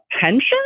pension